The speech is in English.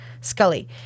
Scully